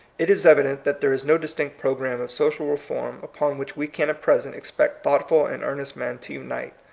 it is evident that there is no distinct program of social reform upon which we can at present expect thoughtful and ear nest men to unite.